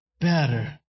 better